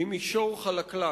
היא מדרון חלקלק,